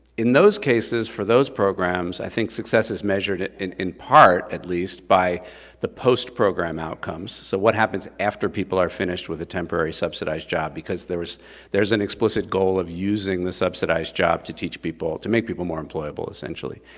in those cases, for those programs, i think success is measured, in in part at least, by the post-program outcomes, so what happens after people are finished with a temporary subsidized job, because there's there's an explicit goal of using the subsidized job to teach people, to make people more employable, essentially.